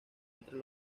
entre